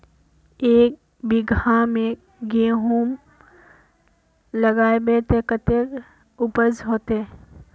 एक बिगहा में गेहूम लगाइबे ते कते उपज होते?